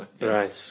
Right